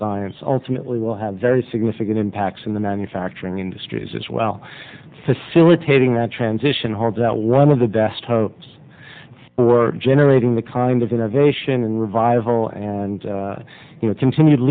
science ultimately will have very significant impacts in the manufacturing industries as well facilitating that transition home that one of the best hopes for generating the kind of innovation and revival and you know continued